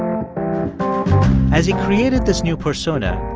um as he created this new persona,